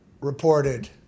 reported